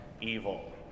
evil